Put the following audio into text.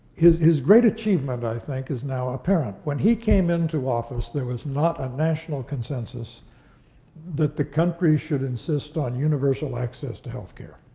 his his great achievement, i think, is now apparent. when he came into office, there was not a national consensus that the country should insist on universal access to healthcare.